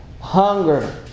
Hunger